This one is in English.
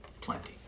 Plenty